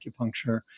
acupuncture